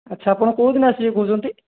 ଆଛା ଆପଣ କେଉଁଦିନ ଆସିବେ କହୁଛନ୍ତି